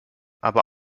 aber